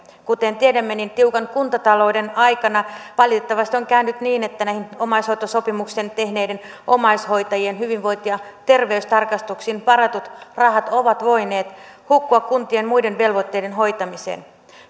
kuten tiedämme tiukan kuntatalouden aikana valitettavasti on käynyt niin että näihin omaishoitosopimuksen tehneiden omaishoitajien hyvinvointi ja terveystarkastuksiin varatut rahat ovat voineet hukkua kuntien muiden velvoitteiden hoitamiseen